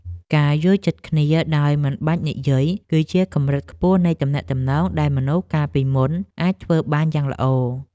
ការយល់ចិត្តគ្នាដោយមិនបាច់និយាយ គឺជាកម្រិតខ្ពស់នៃទំនាក់ទំនងដែលមនុស្សកាលពីមុនអាចធ្វើបានយ៉ាងល្អ។